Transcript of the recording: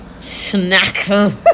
snack